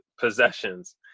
possessions